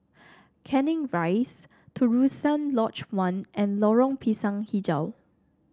Canning Rise Terusan Lodge One and Lorong Pisang hijau